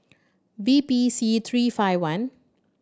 V P C three five one